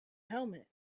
helmet